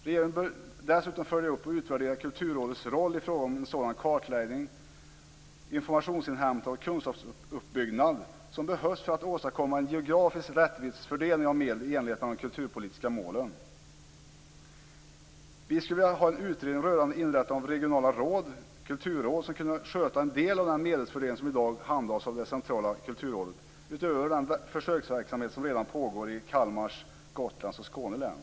Regeringen bör dessutom följa upp och utvärdera Kulturrådets roll i fråga om en sådan kartläggning, kunskapsuppbyggnad och ett sådant informationsinhämtande som behövs för att åstadkomma en geografiskt rättvis fördelning av medlen i enlighet med de kulturpolitiska målen. Vi skulle vilja ha en utredning rörande inrättande av regionala kulturråd som kunde sköta en del av den medelsfördelning som i dag handhas av det centrala Kulturrådet, utöver den försöksverksamhet som redan pågår i Kalmar län, Gotlands län och Skåne län.